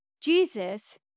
Jesus